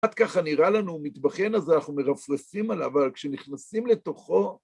עד ככה נראה לנו, מתבכיין הזה, אנחנו מרפרים עליו, אבל כשנכנסים לתוכו...